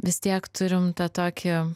vis tiek turim tą tokį